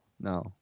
No